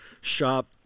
shop